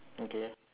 okay